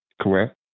correct